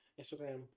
Instagram